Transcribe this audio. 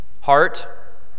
heart